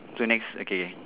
so next okay